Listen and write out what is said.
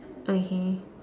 okay